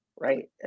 right